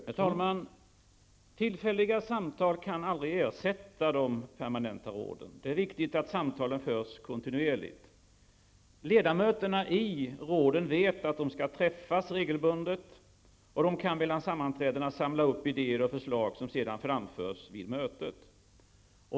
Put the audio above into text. Herr talman! Tillfälliga samtal kan aldrig ersätta de permanenta råden. Det är viktigt att samtalen förs kontinuerligt. Ledamöterna i råden vet att de skall träffas regelbundet, och de kan mellan sammanträdena samla upp idéer och förslag som sedan framförs vid mötena.